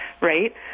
right